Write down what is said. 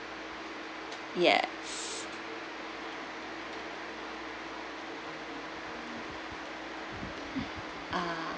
yes uh